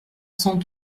cent